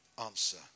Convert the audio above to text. Answer